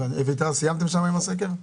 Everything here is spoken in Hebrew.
אביתר, סיימתם שם עם הסקר?